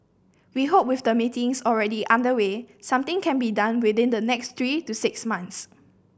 we hope with the meetings already underway something can be done within the next three to six months